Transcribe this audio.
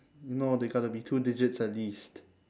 no they got to be two digits at least